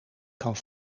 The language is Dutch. kan